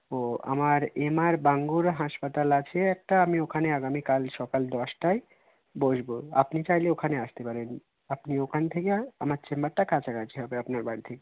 ও আমার M R Bangur হাসপাতাল আছে একটা আমি ওখানে আগামীকাল সকাল দশটায় বসবো আপনি চাইলে ওখানে আসতে পারেন আপনি ওখান থেকে আমার চেম্বারটা কাছাকাছি হবে আপনার বাড়ি থেকে